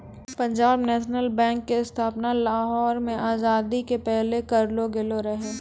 Punjab national bank के स्थापना लाहौर मे आजादी के पहिले करलो गेलो रहै